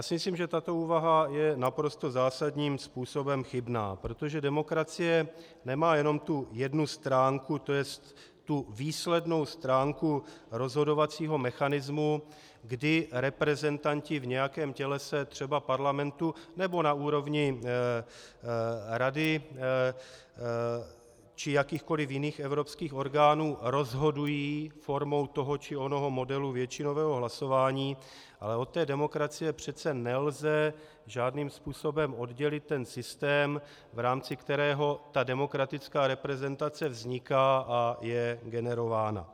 Myslím si, že tato úvaha je naprosto zásadním způsobem chybná, protože demokracie nemá jenom jednu stránku, tj. tu výslednou stránku rozhodovacího mechanismu, kdy reprezentanti v nějakém tělese, třeba parlamentu nebo na úrovni Rady či jakýchkoliv jiných evropských orgánů, rozhodují formou toho či onoho modelu většinového hlasování, ale od demokracie přece nelze žádným způsobem oddělit systém, v jehož rámci demokratická reprezentace vzniká a je generována.